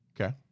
Okay